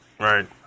Right